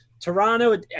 Toronto